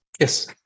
Yes